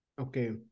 Okay